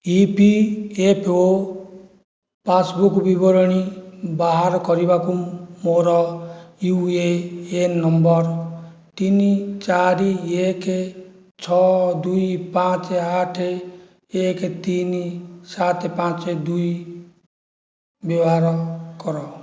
ଇ P F O passbook ବିବରଣୀ ବାହାର କରିବାକୁ ମୋର ୟୁ ଏ ଏନ୍ ନମ୍ବର ତିନି ଚାରି ଏକ ଛଅ ଦୁଇ ପାଞ୍ଚ ଆଠ ଏକ ତିନି ସାତ ପାଞ୍ଚ ଦୁଇ ବ୍ୟବହାର କର